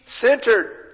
centered